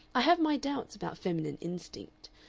i have my doubts about feminine instinct.